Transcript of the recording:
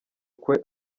ukwe